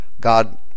God